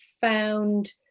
found